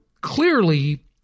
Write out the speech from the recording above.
clearly